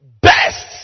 best